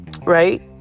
right